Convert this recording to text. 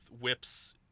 whips